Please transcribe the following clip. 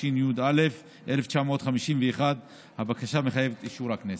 התשי"א 1951. הבקשה מחייבת את אישור הכנסת.